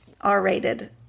R-rated